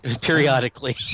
Periodically